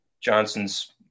Johnson's